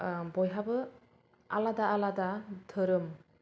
बयहाबो आलादा आलादा धोरोम